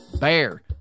BEAR